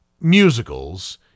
musicals